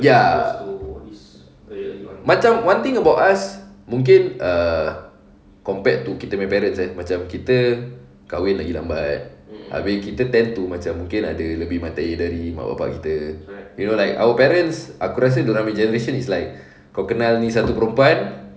ya macam one thing about us mungkin err compared to kita punya parents eh macam kita kahwin lagi lambat abeh kita tend to macam mungkin ada lebih mata air dari mak bapa kita you know like our parents aku rasa dorangnya generations is like kau kenal ni satu perempuan